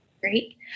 Great